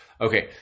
Okay